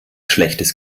schlechtes